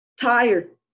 tired